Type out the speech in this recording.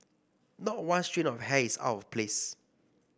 not one strand of hair is out of place